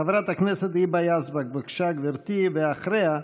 חברת הכנסת היבה יזבק, בבקשה, גברתי, ואחריה,